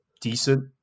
decent